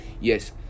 yes